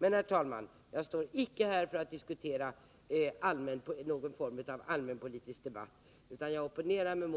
Herr talman! Jag står icke här för att delta i någon form av allmänpolitisk debatt. Jag opponerar mig